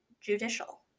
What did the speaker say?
Judicial